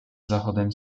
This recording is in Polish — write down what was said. zachodem